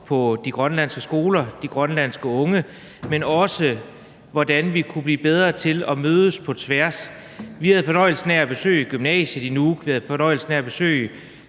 på de grønlandske skoler og de grønlandske unge, men også hvordan vi kan blive bedre til at mødes på tværs. Vi havde fornøjelsen af at besøge gymnasiet i Nuuk, vi havde fornøjelsen af at besøge